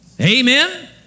Amen